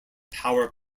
power